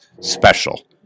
special